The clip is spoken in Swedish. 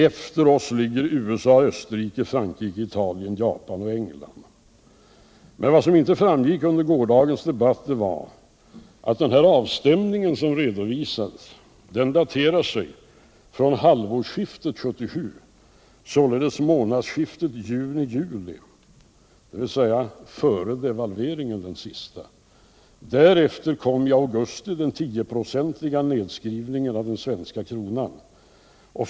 Efter oss låg USA, Österrike, Frankrike, Italien, Japan och England. Vad som inte framgick under gårdagens debatt var att den här avstämningen som redovisades daterar sig från halvårsskiftet 1977, dvs. månadsskiftet junijuli, och före den sista devalveringen. Därefter kom i augusti den tioprocentiga nedskrivningen av den svenska kronan.